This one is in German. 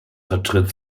vertritt